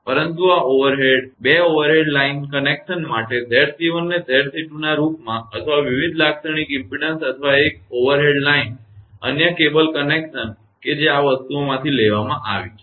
પરંતુ આ overhead 2 overhead line connection માટે 𝑍𝑐1 અને 𝑍𝑐2 ના રુપમાં અથવા વિવિધ લાક્ષણિક ઈમપેડન્સ અથવા એક ઓવરહેડ લાઇન અન્ય કેબલ કનેક્શન કે જે આ વસ્તુઓમાંથી લેવામાં આવી છે